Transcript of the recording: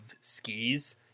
skis